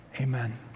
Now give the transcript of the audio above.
amen